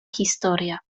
historia